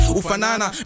ufanana